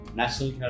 national